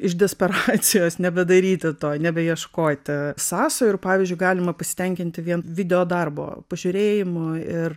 iš desperacijos nebedaryti to nebeieškoti sąsajų ir pavyzdžiui galima pasitenkinti vien videodarbo pažiūrėjimu ir